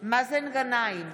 מאזן גנאים,